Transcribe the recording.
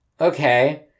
Okay